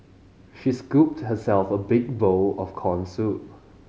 she scooped herself a big bowl of corn soup